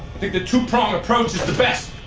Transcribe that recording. the the two prong approach is the best.